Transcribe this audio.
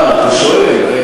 אה, אתה שואל.